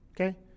okay